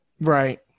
Right